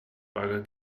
paga